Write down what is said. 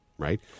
Right